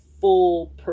full